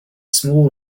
small